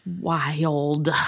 wild